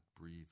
breathe